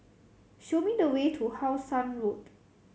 show me the way to How Sun Road